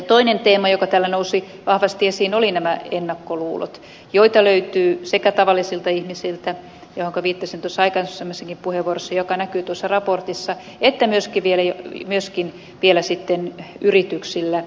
toinen teema joka täällä nousi vahvasti esiin olivat nämä ennakkoluulot joita löytyy sekä tavallisilta ihmisiltä mihinkä viittasin aikaisemmassakin puheenvuorossa ja mikä näkyy tuossa raportissa että myöskin vielä yrityksillä